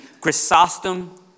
Chrysostom